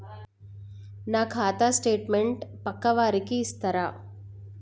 నా ఖాతా స్టేట్మెంట్ పక్కా వారికి ఇస్తరా?